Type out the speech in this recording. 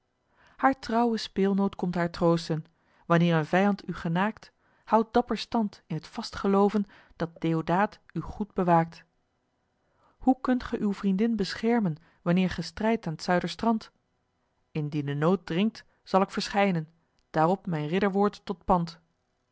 haar trouwe speelnoot komt haar troosten wanneer een vijand u genaakt houd dapper stand in t vast gelooven dat deodaat u goed bewaakt hoe kunt ge uw vriendin beschermen wanneer ge strijdt aan t zuiderstrand indien de nood dringt zal k verschijnen daarop mijn ridderwoord tot pand